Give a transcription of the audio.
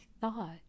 thought